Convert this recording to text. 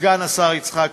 סגן השר יצחק כהן,